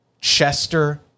Chester